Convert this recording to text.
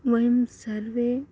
वयं सर्वे